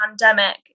pandemic